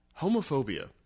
homophobia